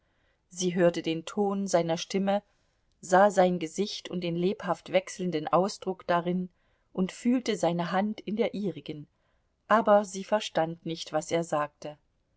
sie hörte den ton seiner stimme sah sein gesicht und den lebhaft wechselnden ausdruck darin und fühlte seine hand in der ihrigen aber sie verstand nicht was er sagte